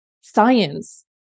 science